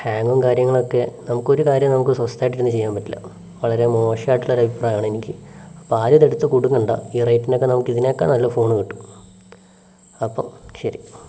ഹാങ്ങും കാര്യങ്ങളൊക്കെ നമുക്ക് ഒരു കാര്യവും സ്വസ്ഥമായിട്ട് ചെയ്യാൻ പറ്റില്ല വളരെ മോശമായിട്ടുള്ള ഒരു അഭിപ്രായമാണ് എനിക്ക് അപ്പോൾ ആരും ഇത് എടുത്ത് കുടുങ്ങേണ്ട ഈ റേറ്റിനൊക്കെ നമുക്ക് ഇതിനേക്കാൾ നല്ല ഫോൺ കിട്ടും അപ്പോൾ ശരി